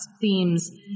themes